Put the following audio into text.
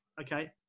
Okay